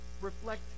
reflect